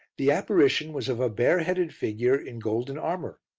the apparition was of a bareheaded figure in golden armour.